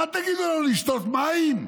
מה תגידו לנו, לשתות מים?